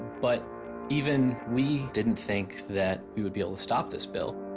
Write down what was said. but even we didn't think that we would be able to stop this bill.